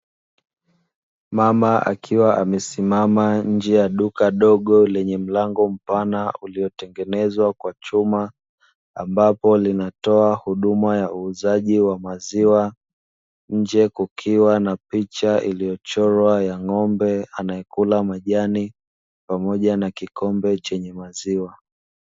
Mama akiwa amesimama nje ya duka dogo lenye mlango mpana uliotengenezwa kwa chuma, ambapo linatoa huduma ya uuzaji wa maziwa, nje kukiwa na picha iliyochorwa ya ng'ombe anayekula majani, pamoja na kikombe chenye maziwa.